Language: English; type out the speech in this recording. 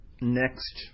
next